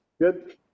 Good